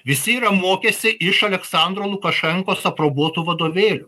visi yra mokęsi iš aleksandro lukašenkos aprobuotų vadovėlių